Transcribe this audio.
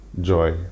joy